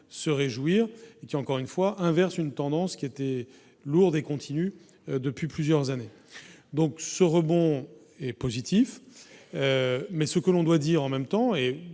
se réjouir et qui encore une fois inverse une tendance qui était lourde et continue depuis plusieurs années, donc ce rebond est positif, mais ce que l'on doit dire en même temps